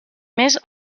més